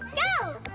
go